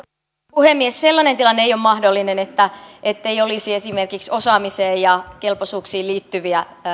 puhemies sellainen tilanne ei ole mahdollinen ettei olisi esimerkiksi osaamiseen ja kelpoisuuksiin liittyviä